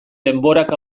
denborak